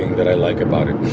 that i like about it